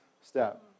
step